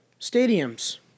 stadiums